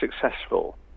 successful